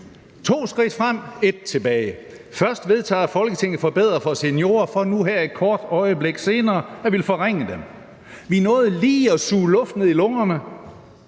To skridt frem, ét tilbage: Først vedtager Folketinget forbedringer for seniorer for nu her et kort øjeblik senere at ville forringe dem. Vi nåede lige at suge luft ned i lungerne,